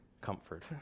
comfort